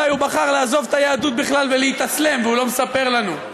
אולי הוא בחר לעזוב את היהדות בכלל ולהתאסלם והוא לא מספר לנו.